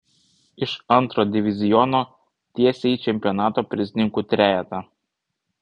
iš antro diviziono tiesiai į čempionato prizininkų trejetą